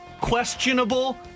questionable